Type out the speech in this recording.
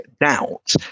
doubt